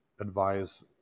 advise